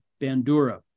Bandura